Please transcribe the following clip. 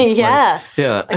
yeah, yeah and